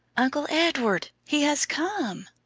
uncle edward, he has come!